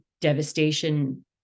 devastation